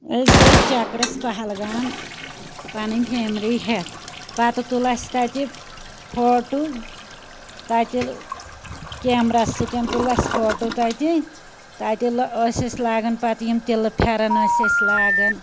أسۍ گٔے چَکرَس پہلگام پَنن فیملی ہیٚتھ پَتہٕ تُل اَسہِ تتہِ فوٹو تتہِ کیمرا سۭتۍ تُل اَسہِ فوٹو تتہِ تتہِ ٲسۍ أسۍ لاگان پتہٕ یم تِلہٕ پھیٚرَن ٲسۍ أسۍ لاگان